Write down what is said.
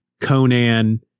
Conan